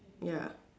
ya